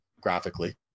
graphically